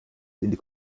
die